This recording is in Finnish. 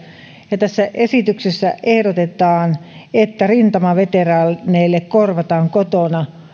ja tässä esityksessä ehdotetaan että rintamaveteraaneille korvataan kotona asumista